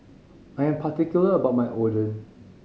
I am particular about my Oden